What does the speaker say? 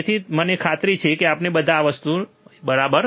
તેથી મને ખાતરી છે કે આપણા બધાને આ વસ્તુ યાદ છે બરાબર